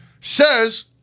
says